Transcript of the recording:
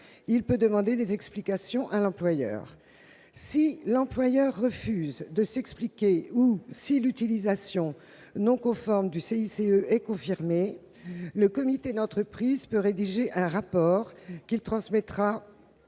il peut demander des explications à l'employeur. Si l'employeur refuse de s'expliquer ou si l'utilisation non conforme du CICE est confirmée, le comité d'entreprise peut rédiger un rapport qu'il transmettra